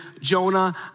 Jonah